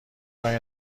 کاری